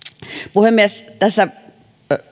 puhemies tässä